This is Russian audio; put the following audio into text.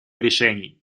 решений